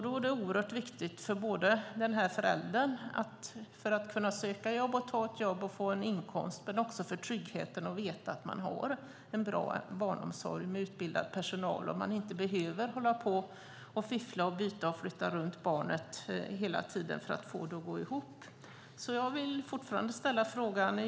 Då är det oerhört viktigt för den här föräldern att kunna söka jobb, ta ett jobb och få en inkomst, men också att ha tryggheten att veta att man har en bra barnomsorg med utbildad personal och att man inte behöver hålla på och fiffla, byta och flytta runt barnet hela tiden för att få det att gå ihop. Jag har fortfarande samma fråga.